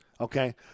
Okay